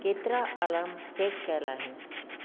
केतिरा alarm set कयल आहिनि